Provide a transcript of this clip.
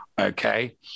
okay